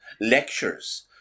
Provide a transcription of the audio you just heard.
lectures